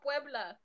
Puebla